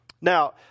Now